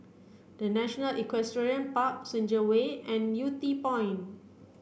The National Equestrian Park Senja Way and Yew Tee Point